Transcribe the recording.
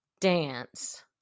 dance